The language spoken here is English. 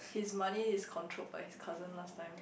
his money is controlled by his cousin last time